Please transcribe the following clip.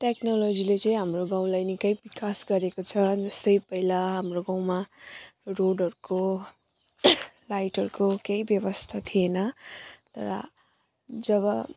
टेक्नोलोजीले चाहिँ हाम्रो गाउँलाई निकै विकास गरेको छ जस्तै पहिला हाम्रो गाउँमा रोडहरूको लाइटहरूको केही व्यवस्था थिएन तर जब